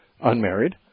unmarried